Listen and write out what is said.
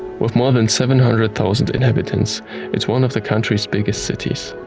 with more than seven hundred thousand inhabitants it is one of the country's biggest cities.